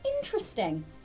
Interesting